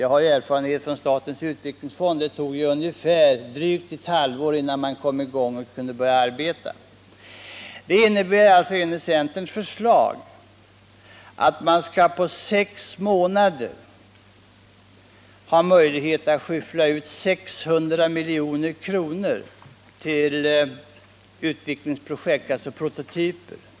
Jag har ju erfarenhet från statens utvecklingsfond; det tog drygt ett halvår innan man kom i gång och kunde börja arbeta. Detta innebär enligt centerns förslag att man på sex månader skall ha möjlighet att skyffla ut 600 milj.kr. på utvecklingsprojekt, alltså prototyper.